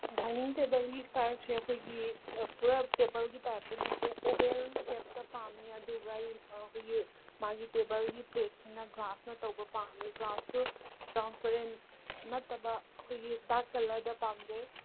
dining ꯇꯦꯕꯜꯒꯤ ꯏꯁꯇꯥꯔꯠꯁꯦ ꯑꯩꯈꯣꯏꯒꯤ ꯄꯨꯔꯥ ꯇꯦꯕꯜꯒꯤ ꯇꯥꯏꯞꯇ ꯅꯠꯇꯦ ꯑꯣꯕꯦꯜ ꯁꯦꯞꯇ ꯄꯥꯝꯃꯦ ꯑꯗꯨꯒ ꯑꯩ ꯑꯩꯈꯣꯏꯒꯤ ꯃꯥꯒꯤ ꯇꯦꯕꯜꯒꯤ ꯄ꯭ꯂꯦꯠꯁꯤꯅ ꯒ꯭ꯂꯥꯁꯅ ꯇꯧꯕ ꯄꯥꯝꯃꯦ ꯒ꯭ꯂꯥꯁꯇꯣ ꯇ꯭ꯔꯥꯟꯁꯄꯦꯔꯦꯟ ꯅꯠꯇꯕ ꯑꯩꯈꯣꯏꯒꯤ ꯗꯥꯔꯛ ꯀꯂꯔꯗ ꯄꯥꯝꯖꯩ